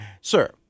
Sir